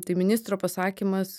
tai ministro pasakymas